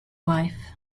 wife